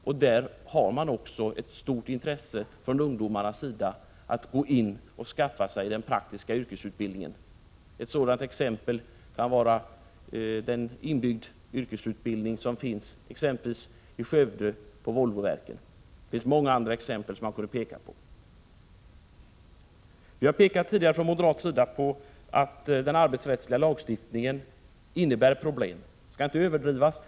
I dessa fall finns det ett stort intresse från ungdomarna att skaffa sig den praktiska yrkesutbildningen. Ett exempel är den inbyggda yrkesutbildning som finns exempelvis i Skövde på Volvoverken. Det finns många andra exempel som man kan peka på. Vi har tidigare från moderat sida pekat på att den arbetsrättsliga lagstiftningen innebär problem. Dessa problem skall inte överdrivas.